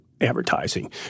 advertising